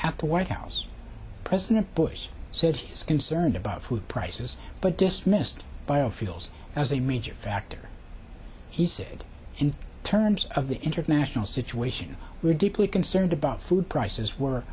at the white house president bush said he's concerned about food prices but dismissed biofuels as a major factor he said in terms of the international situation we're deeply concerned about food prices were